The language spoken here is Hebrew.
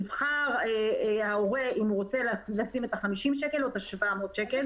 יבחר ההורה אם הוא רוצה לשים את ה-50 שקל או ה-700 שקל,